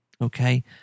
okay